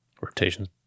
Rotation